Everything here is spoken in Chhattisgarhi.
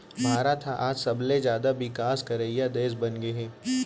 भारत ह आज सबले जाता बिकास करइया देस बनगे हे